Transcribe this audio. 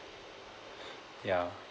ya